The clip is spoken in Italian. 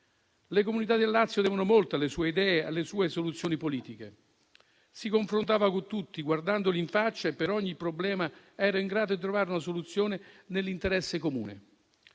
Le comunità del Lazio devono molto alle sue idee e alle sue soluzioni politiche: si confrontava con tutti, guardandoli in faccia, e per ogni problema era in grado di trovare una soluzione nell'interesse comune,